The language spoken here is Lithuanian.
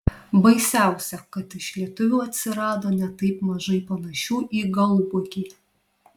baisiausia kad iš lietuvių atsirado ne taip mažai panašių į galbuogį